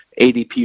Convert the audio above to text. ADP